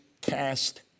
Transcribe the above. cast